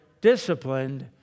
disciplined